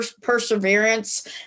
perseverance